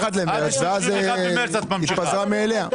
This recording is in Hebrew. ואז היא התפטרה מאליה.